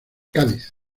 cádiz